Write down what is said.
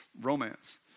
romance